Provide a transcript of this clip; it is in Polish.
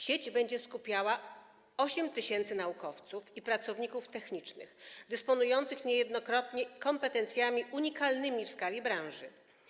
Sieć będzie skupiała 8 tys. naukowców i pracowników technicznych, dysponujących niejednokrotnie kompetencjami unikalnymi w skali branży.